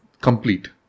complete